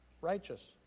righteous